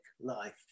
life